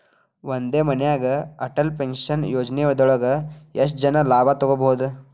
ಒಂದೇ ಮನ್ಯಾಗ್ ಅಟಲ್ ಪೆನ್ಷನ್ ಯೋಜನದೊಳಗ ಎಷ್ಟ್ ಜನ ಲಾಭ ತೊಗೋಬಹುದು?